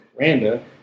Randa